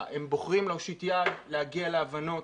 הם בוחרים להושיט יד, להגיע להבנות,